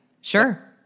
Sure